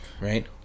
right